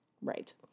Right